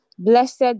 Blessed